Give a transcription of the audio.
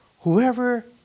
whoever